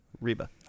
Reba